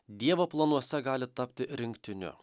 dievo planuose gali tapti rinktiniu